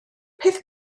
peth